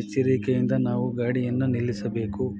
ಎಚ್ಚರಿಕೆಯಿಂದ ನಾವು ಗಾಡಿಯನ್ನು ನಿಲ್ಲಿಸಬೇಕು